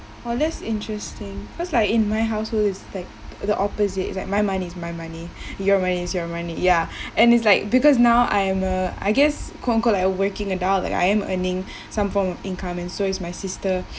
oh that's interesting cause like in my household it's like the opposite it's like my money is my money your money is your money ya and it's like because now I'm a I guess like a working adult like I am earning some form of income and so is my sister